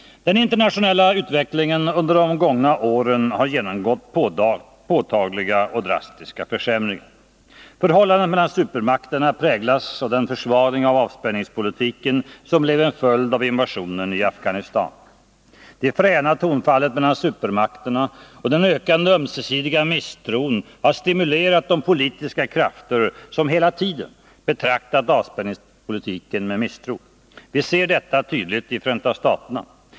Den internationella utvecklingen under det gångna året har genomgått påtagliga och drastiska försämringar. Förhållandet mellan supermakterna präglas av den försvagning av avspänningspolitiken som blev en följd av invasionen i Afghanistan. Det fräna tonfallet mellan supermakterna och den ökande ömsesidiga misstron har stimulerat de politiska krafterna som hela tiden betraktat avspänningspolitiken med misstro. Vi ser detta tydligt i USA.